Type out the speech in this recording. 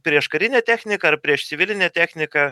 prieš karinę techniką ar prieš civilinę techniką